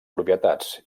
propietats